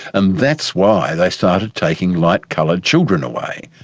and that's why they started taking light-coloured children away.